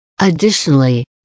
Additionally